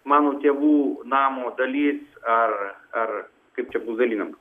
mano tėvų namo dalys ar ar kaip čia bus dalinama